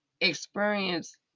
experience